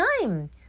time